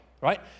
right